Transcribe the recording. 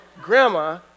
grandma